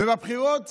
ובבחירות